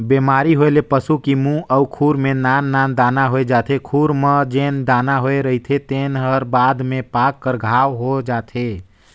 बेमारी होए ले पसू की मूंह अउ खूर में नान नान दाना होय जाथे, खूर म जेन दाना होए रहिथे तेन हर बाद में पाक कर घांव हो जाथे